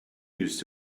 used